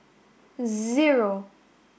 zero